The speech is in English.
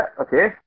Okay